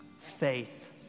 Faith